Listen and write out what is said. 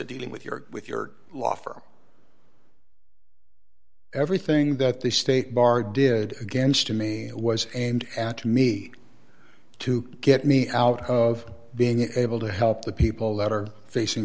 a dealing with your with your law firm everything that the state bar did against jimmy was and to me to get me out of being able to help the people that are facing